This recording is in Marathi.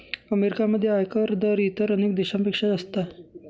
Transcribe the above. अमेरिकेमध्ये आयकर दर इतर अनेक देशांपेक्षा जास्त आहे